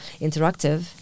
interactive